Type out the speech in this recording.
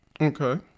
okay